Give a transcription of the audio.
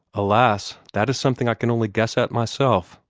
alas! that is something i can only guess at myself,